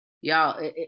Y'all